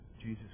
Jesus